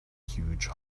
huge